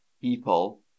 People